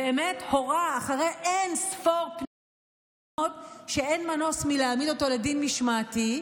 באמת הורה אחרי אין-ספור פניות שאין מנוס מלהעמיד אותו לדין משמעתי.